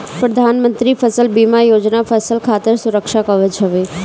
प्रधानमंत्री फसल बीमा योजना फसल खातिर सुरक्षा कवच हवे